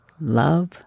Love